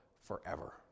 forever